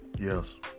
Yes